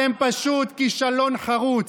אתם פשוט כישלון חרוץ.